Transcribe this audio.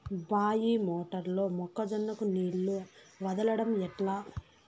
బాయి మోటారు లో మొక్క జొన్నకు నీళ్లు వదలడం ఎట్లా?